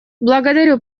благодарю